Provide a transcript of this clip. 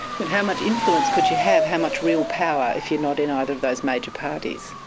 but how much influence could you have, how much real power if you're not in either of those major parties?